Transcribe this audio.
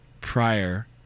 prior